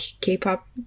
k-pop